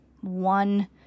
one